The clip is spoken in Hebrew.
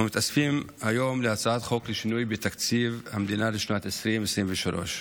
אנחנו מתאספים היום להצעת חוק לשינוי בתקציב המדינה לשנת 2023,